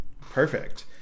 perfect